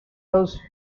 house